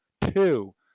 Two